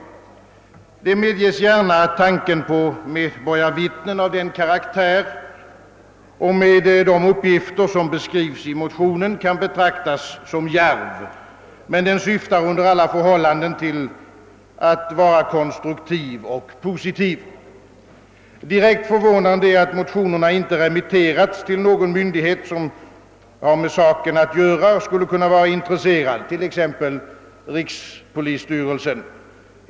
Jag medger gärna, att tanken på medborgarvittnen av den karaktär och med de uppgifter, som beskrivs i motionerna, kan betraktas som djärv, men den avser under alla förhållanden att vara konstruktiv och positiv. Direkt förvånande är att motionsparet inte remitterats till någon myndighet som har med saken att göra och som skulle kunna vara intresserad, t.ex. rikspolisstyrelsen.